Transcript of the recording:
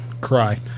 cry